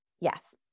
Yes